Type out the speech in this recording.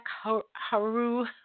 Haru